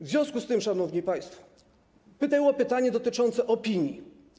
W związku z tym, szanowni państwo, było pytanie dotyczące opinii.